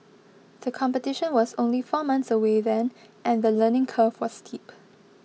the competition was only four months away then and the learning curve was steep